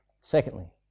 Secondly